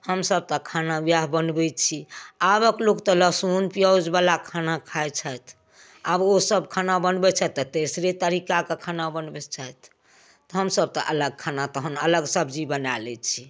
हमसभ तऽ खाना वएह बनबै छी आबके लोक तऽ लहसुन पिआजवला खाना खाइ छथि आब ओसभ खाना बनबै छथि तऽ तेसरे तरीकाके खाना बनबै छथि तऽ हमसभ तऽ अलग खाना तहन अलग सब्जी बना लै छी